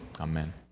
amen